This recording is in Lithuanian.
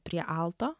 prie alto